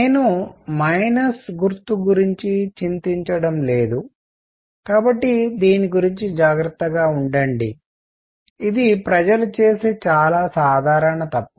నేను మైనస్ గుర్తు గురించి చింతించడం లేదు కాబట్టి దీని గురించి జాగ్రత్తగా ఉండండి ఇది ప్రజలు చేసే చాలా సాధారణ తప్పు